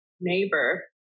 neighbor